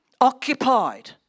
Occupied